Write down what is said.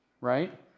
right